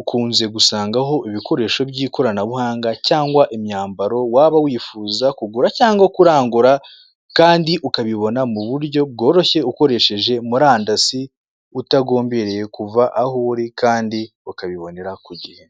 ukunze gusangaho ibikoresho by'ikoranabuhanga cyangwa imyambaro waba wifuza kugura cyangwa kurangura kandi ukabibona mu buryo bworoshye ukoresheje murandasi utagombereye kuva aho uri kandi ukabibonera ku gihe.